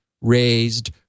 raised